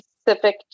specific